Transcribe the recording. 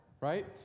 right